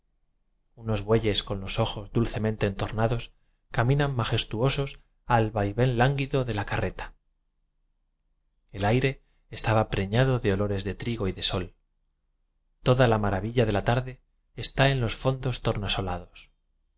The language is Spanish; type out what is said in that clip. unos bueyes con los ojos dulce mente entornados caminan majestuosos al vaivén lánguido de la carreta el aire estaba preñado de olores de trigo y de sol toda la maravilla de la tarde está en los fondos tornasolados